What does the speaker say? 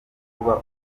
kuba